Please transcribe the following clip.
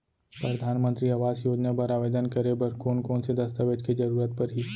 परधानमंतरी आवास योजना बर आवेदन करे बर कोन कोन से दस्तावेज के जरूरत परही?